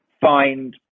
find